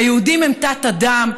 והיהודים הם תת-אדם,